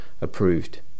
approved